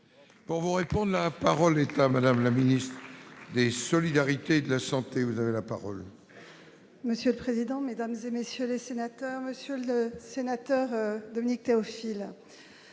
Pour vous répondent : la parole réclame Madame la ministre des solidarités, de la santé, vous avez la parole. Monsieur le président, Mesdames et messieurs les sénateurs, Monsieur le Sénateur, Dominique Théophile,